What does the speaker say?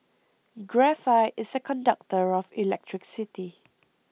graphite is a conductor of electricity